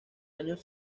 años